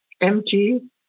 empty